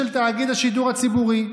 בנושא: תאגיד השידור הציבורי,